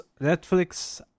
Netflix